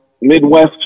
Midwest